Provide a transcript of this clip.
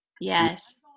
yes